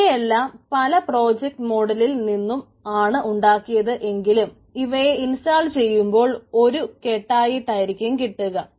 ഇവയെയെല്ലാം പല പ്രോജക്ട് മോഡിൽ നിന്നും ആണ് ഉണ്ടാക്കിയത് എങ്കിലും ഇവയെ ഇൻസ്റ്റാൾ ചെയ്യുമ്പോൾ ഒരു കെട്ടായിട്ടായിരിക്കും കിട്ടുക